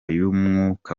y’umwuka